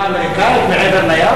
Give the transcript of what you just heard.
אתה מוותר על תמיכה אמריקנית מעבר לים?